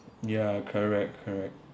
ya correct correct